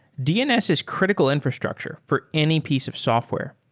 dns is critical infrastructure for any piece of software.